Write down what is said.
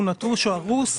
הוא נטוש או הרוס,